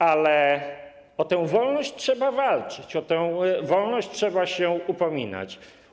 Ale o tę wolność trzeba walczyć, o tę wolność trzeba się upominać.